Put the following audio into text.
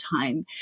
time